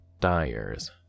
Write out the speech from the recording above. dyers